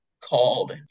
called